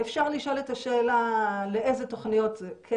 אפשר לשאול את השאלה לאיזה תוכניות זה כן